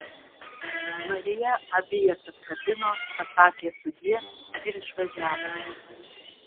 marija abi jas apkabino pasakė sudie ir išvažiavo